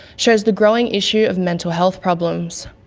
shows the growing issue of mental health problems.